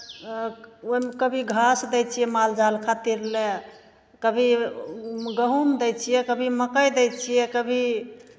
ओहिमे घास दै छियै कभी मालजाल खातिर लए कभी गहुँम दै छियै कभी मकइ दै छियै कभी